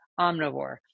omnivore